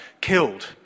killed